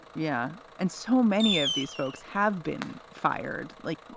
yeah. and so many of these folks have been fired. like,